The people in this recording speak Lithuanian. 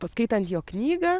paskaitant jo knygą